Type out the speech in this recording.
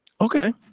Okay